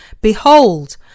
Behold